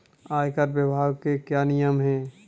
आयकर विभाग के क्या नियम हैं?